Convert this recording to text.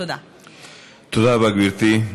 תודה רבה, גברתי.